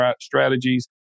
strategies